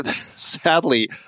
sadly